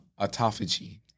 autophagy